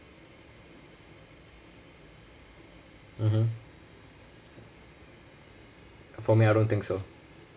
mmhmm for me I don't think so